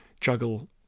juggle